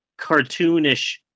cartoonish